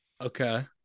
Okay